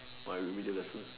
my remedial lessons